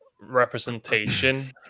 representation